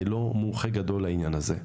אני לא מומחה גדול לעניין הזה.